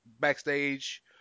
backstage